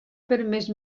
permès